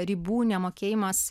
ribų nemokėjimas